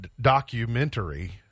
documentary